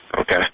Okay